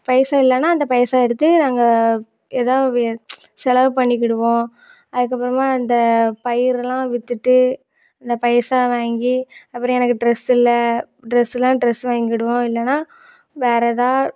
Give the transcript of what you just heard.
பைசா இல்லைன்னா அந்த பைசா எடுத்து நாங்கள் ஏதாவது வே செலவு பண்ணிக்கிடுவோம் அதுக்கு அப்புறமா இந்த பயிரெல்லாம் விற்றுட்டு இந்த பைசா வாங்கி அப்புறம் எனக்கு ட்ரெஸ்யில்லை ட்ரெஸ்யில்னால் ட்ரெஸ் வாங்கிவிடுவோம் இல்லைன்னா வேறு எதாவது